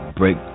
break